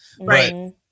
right